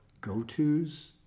go-tos